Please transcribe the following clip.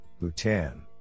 bhutan